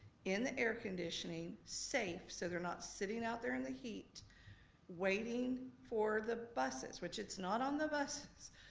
in the air conditioning, safe so they're not sitting out there in the heat waiting for the buses, which it's not on the buses,